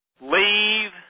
leave